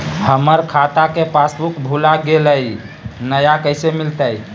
हमर खाता के पासबुक भुला गेलई, नया कैसे मिलतई?